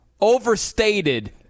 overstated